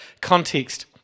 context